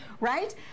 right